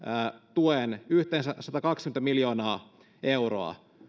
tuen yhteensä satakaksikymmentä miljoonaa euroa